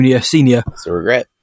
Senior